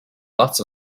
lots